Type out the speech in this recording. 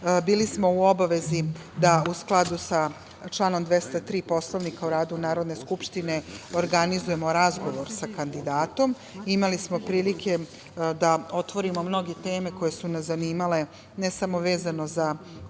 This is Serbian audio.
smo u obavezi da u skladu sa članom 203. Poslovnika o radu Narodne skupštine organizujemo razgovor sa kandidatom. Imali smo prilike da otvorimo mnoge teme koje su nas zanimale, ne samo vezano za